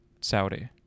Saudi